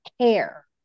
care